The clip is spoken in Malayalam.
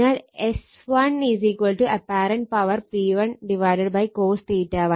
അതിനാൽ S1 apparent power P1 cos 1